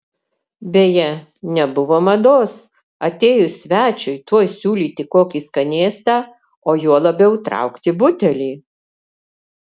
beje nebuvo mados atėjus svečiui tuoj siūlyti kokį skanėstą o juo labiau traukti butelį